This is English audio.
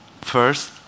first